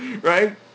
right